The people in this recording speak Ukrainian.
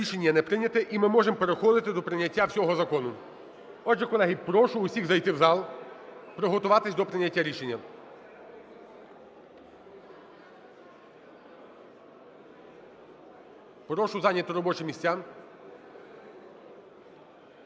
Рішення не прийнято. І ми можемо переходити до прийняття всього закону. Отже, колеги, прошу усіх зайти в зал, приготуватися до прийняття рішення. Прошу зайняти робочі місця.